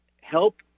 help